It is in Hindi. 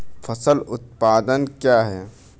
फसल उत्पादन क्या है?